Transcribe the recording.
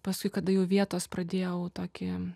paskui kada jau vietos pradėjau tokį